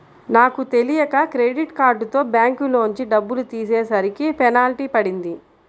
నాకు తెలియక క్రెడిట్ కార్డుతో బ్యాంకులోంచి డబ్బులు తీసేసరికి పెనాల్టీ పడింది